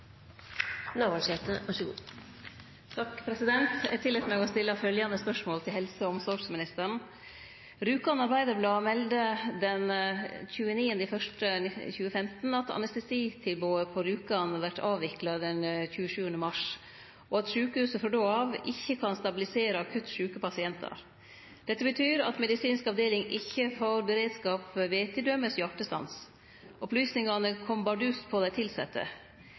til helse- og omsorgsministeren: «Rjukan Arbeiderblad melder den 29. januar 2015 at anestesitilbodet på Rjukan vert avvikla den 27. mars, og at sjukehuset frå då av ikkje kan stabilisere akutt sjuke pasientar. Dette betyr at medisinsk avdeling ikkje får beredskap ved til dømes hjartestans. Opplysningane kom bardust på dei tilsette.